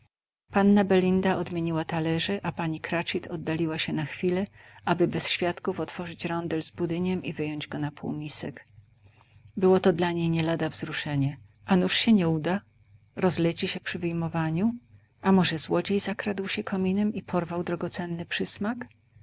panna belinda odmieniła talerze a pani cratchit oddaliła się na chwilę aby bez świadków otworzyć rądel z budyniem i wyjąć go na półmisek było to dla niej nielada wzruszenie a nuż się nie uda rozleci się przy wyjmowaniu a może złodziej zakradł się kominem i porwał drogocenny przysmak na